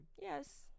Yes